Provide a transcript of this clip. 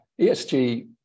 ESG